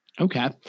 Okay